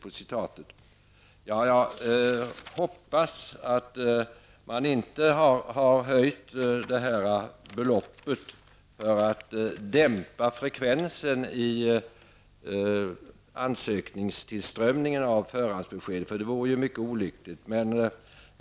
Jag hoppas att man inte har höjt beloppet för att dämpa frekvensen i ansökningstillströmningen beträffande förhandsbesked -- det vore mycket olyckligt.